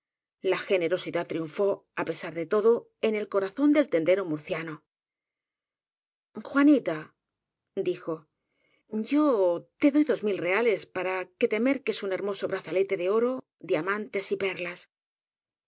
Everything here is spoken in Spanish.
la generosidad triunfó á pesar de todo en el corazón del tendero murciano juanita dijo yo te doy dos mil reales para que te merques un hermoso brazalete de oro dia mantes y perlas